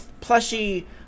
plushy